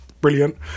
brilliant